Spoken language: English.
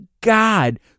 god